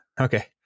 Okay